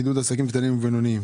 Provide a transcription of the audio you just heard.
עידוד עסקים קטנים ובינוניים.